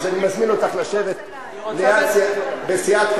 אז אני מזמין אותך לשבת בסיעת קדימה,